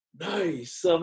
Nice